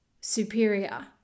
superior